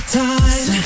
time